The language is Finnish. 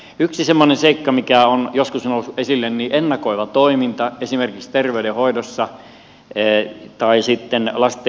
yksi semmoinen seikka mikä on joskus noussut esille on ennakoiva toiminta esimerkiksi terveydenhoidossa tai lasten huostaanotossa